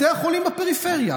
בתי החולים בפריפריה,